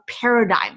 paradigm